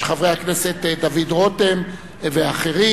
של חברי הכנסת דוד רותם ואחרים,